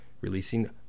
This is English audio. releasing